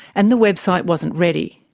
and the website wasn't ready.